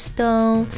Stone